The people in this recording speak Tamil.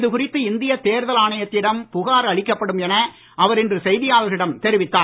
இது குறித்து இந்திய தேர்தல் ஆணையத்திடம் புகார் அளிக்கப்படும் என அவர் இன்று செய்தியாளர்களிடம் தெரிவித்தார்